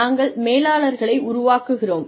நாங்கள் மேலாளர்களை உருவாக்குகிறோம்